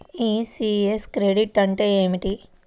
ECS credit అంటే ఏమిటి?